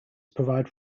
provide